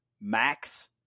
Max